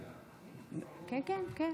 רצית לסכם?